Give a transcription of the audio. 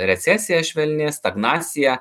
recesija švelni stagnacija